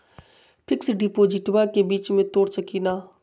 Fix डिपोजिटबा के बीच में तोड़ सकी ना?